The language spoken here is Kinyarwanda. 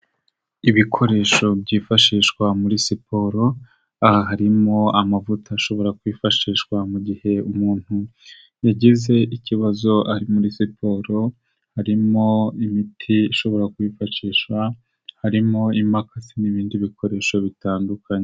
Ibikoresho byifashishwa muri siporo, aha harimo amavuta ashobora kwifashishwa mu gihe umuntu yagize ikibazo ari muri siporo, harimo imiti ishobora kwifashishwa, harimo imakasi n'ibindi bikoresho bitandukanye.